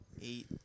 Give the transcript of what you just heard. eight